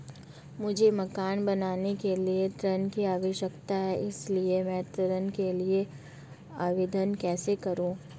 मुझे मकान बनाने के लिए ऋण की आवश्यकता है इसलिए मैं ऋण के लिए आवेदन कैसे करूं?